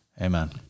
amen